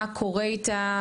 מה קורה איתה.